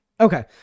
Okay